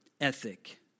ethic